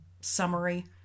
summary